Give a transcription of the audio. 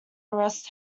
arrest